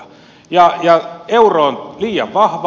euro on liian vahva